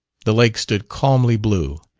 the lake stood calmly blue,